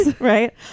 Right